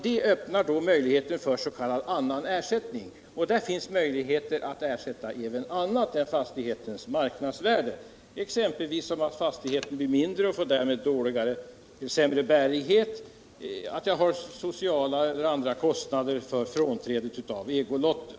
Det öppnar möjligheter för s.k. annan ersättning, och där finns möjligheter att ersätta även annat än fastighetens marknadsvärde, exempelvis att fastigheten blir mindre och får sämre bärighet, sociala besvär eller kostnader vid frånträdet av ägolotten.